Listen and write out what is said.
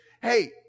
hey